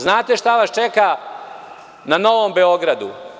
Znate šta vas čeka na Novom Beogradu?